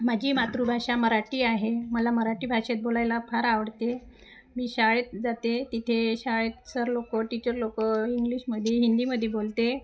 माझी मातृभाषा मराठी आहे मला मराठी भाषेत बोलायला फार आवडते मी शाळेत जाते तिथे शाळेत सर लोक टीचर लोक इंग्लिशमध्ये हिंदीमध्ये बोलते